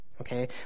okay